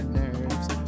nerves